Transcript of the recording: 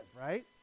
right